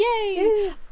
Yay